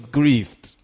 grieved